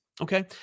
Okay